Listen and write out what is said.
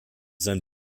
sein